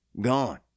gone